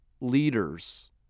leaders